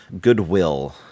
goodwill